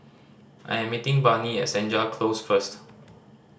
I am meeting Barnie at Senja Close first